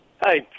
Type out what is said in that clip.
Hi